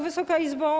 Wysoka Izbo!